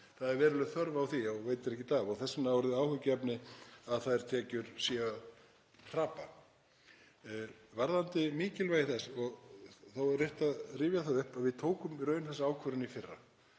Það er veruleg þörf á því og veitir ekkert af. Þess vegna er það orðið áhyggjuefni að þær tekjur séu hrapa. Varðandi mikilvægið þá er rétt að rifja það upp að við tókum í raun þessa ákvörðun í fyrra.